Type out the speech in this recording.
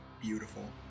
Beautiful